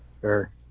Sure